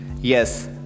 Yes